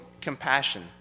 compassion